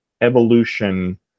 evolution